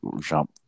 jump